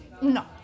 No